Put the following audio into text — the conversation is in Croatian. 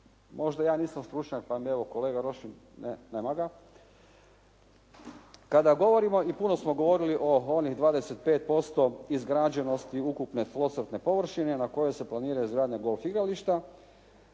možda ja nisam stručnjak, pa mi evo kolega Rošin. Ne, nema ga. Kada govorimo i puno smo govorili o onih 25% izgrađenosti ukupne tlocrtne površine na kojoj se planira izgradnja golf igrališta